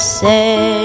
say